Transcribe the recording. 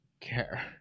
care